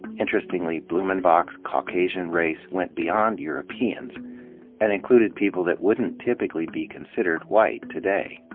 interestingly, blumenbach's caucasian race went beyond europeans and included people that wouldn't typ ically be considered white today.